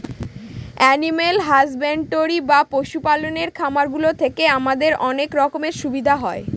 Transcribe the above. animal husbandry বা পশু পালনের খামার গুলো থেকে আমাদের অনেক রকমের সুবিধা হয়